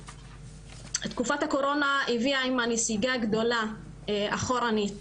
תקופת הקורונה הביאה עמה נסיגה גדולה אחורנית